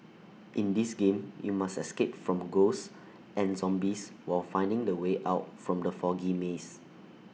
in this game you must escape from ghosts and zombies while finding the way out from the foggy maze